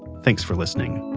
thanks for listening,